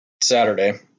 Saturday